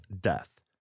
death